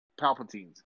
Palpatines